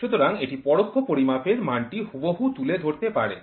সুতরাং এটি পরোক্ষ পরিমাপের মানটি হুবহু তুলে ধরতে পারে